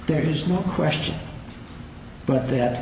there is no question but that